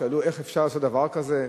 לא שאלו איך אפשר לעשות דבר כזה,